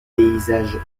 paysages